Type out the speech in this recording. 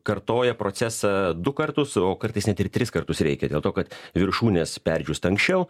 kartoja procesą du kartus o kartais net ir tris kartus reikia dėl to kad viršūnės perdžiūsta anksčiau